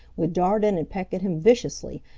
would dart in and peck at him viciously,